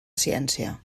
ciència